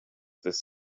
this